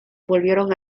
volvieron